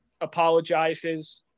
apologizes